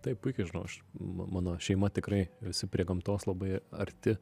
taip puikiai žinau aš mano šeima tikrai visi prie gamtos labai arti